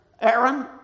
Aaron